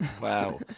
Wow